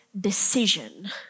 decision